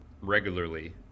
regularly